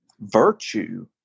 virtue